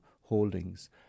holdings